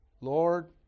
Lord